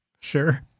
Sure